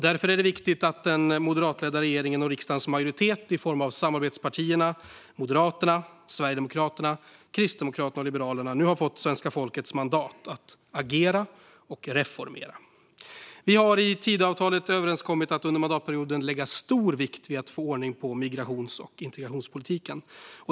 Därför är det viktigt att den moderatledda regeringen och riksdagens majoritet i form av samarbetspartierna - Moderaterna, Sverigedemokraterna, Kristdemokraterna och Liberalerna - nu har fått svenska folkets mandat att agera och reformera. Vi har i Tidöavtalet överenskommit att under mandatperioden lägga stor vikt vid att få ordning på migrations och integrationspolitiken.